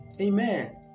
Amen